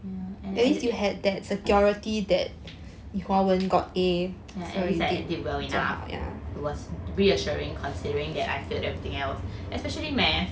yeah at least I well enough it was reassuring considering that I failed everything else especially math